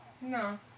No